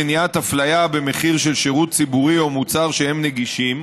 מניעת הפליה במחיר של שירות ציבורי או מוצר שהם נגישים),